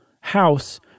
house